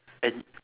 and